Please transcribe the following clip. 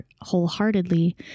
wholeheartedly